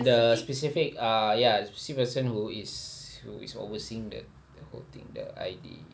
the specific uh ya the specific person who is who is overseeing the the whole thing the I_D